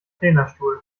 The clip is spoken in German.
trainerstuhl